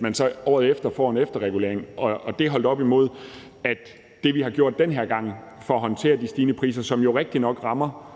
der så året efter kommer en efterregulering. Det skal holdes op imod, at det, vi har gjort den her gang for at håndtere de stigende priser, som jo rigtigt nok rammer